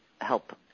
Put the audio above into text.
help